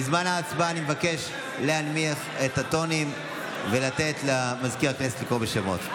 בזמן ההצבעה אני מבקש להנמיך את הטונים ולתת למזכיר הכנסת לקרוא בשמות.